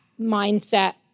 mindset